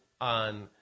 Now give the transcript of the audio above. on